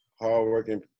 hardworking